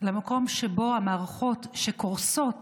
למקום שבו המערכות שקורסות